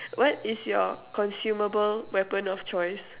what is your consumable weapon of choice